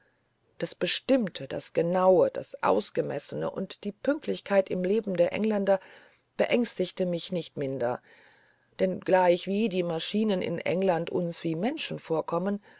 das bestimmte das genaue das ausgemessene und die pünktlichkeit im leben der engländer beängstigte mich nicht minder denn gleichwie die maschinen in england uns wie menschen vorkommen